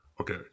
okay